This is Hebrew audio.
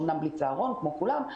אמנם בלי צהרון כמו כולם,